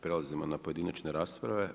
Prelazimo na pojedinačne rasprave.